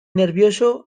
nervioso